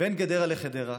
בין גדרה לחדרה.